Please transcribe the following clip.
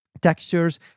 textures